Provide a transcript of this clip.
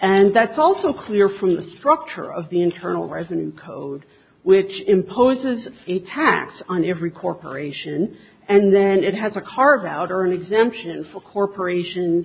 and that's also clear from the structure of the internal revenue code which imposes a tax on every corporation and then it has a carve out earn exemption for corporations